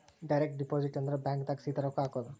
direct deposit ಅಂದ್ರ bank ದಾಗ ಸೀದಾ ರೊಕ್ಕ ಹಾಕೋದು